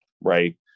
right